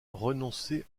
renoncer